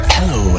Hello